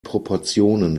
proportionen